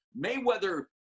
Mayweather